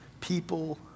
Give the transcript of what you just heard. people